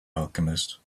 alchemist